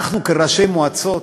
אנחנו, כראשי מועצות,